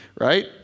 right